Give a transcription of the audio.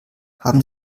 haben